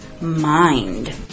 mind